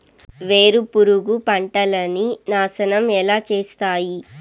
వేరుపురుగు పంటలని నాశనం ఎలా చేస్తాయి?